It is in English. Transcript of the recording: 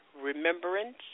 remembrance